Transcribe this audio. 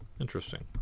Interesting